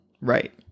right